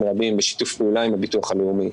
רבים בשיתוף פעולה עם הביטוח הלאומי,